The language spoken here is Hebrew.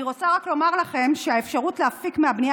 אני רוצה רק לומר לכם שהאפשרות להפיק מהבנייה